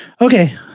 Okay